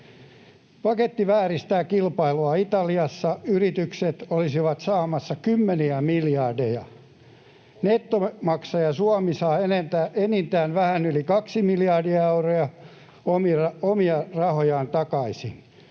Paketti vääristää kilpailua. Italiassa yritykset olisivat saamassa kymmeniä miljardeja. Nettomaksaja Suomi saa enintään vähän yli 2 miljardia euroa omia rahojaan takaisin,